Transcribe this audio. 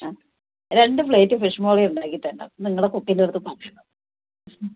ആ രണ്ട് plate fish molee ഉണ്ടാക്കിത്തരണം നിങ്ങളുടെ കുക്കിന്റെ അടുത്ത് പറയണം